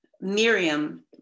Miriam